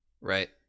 Right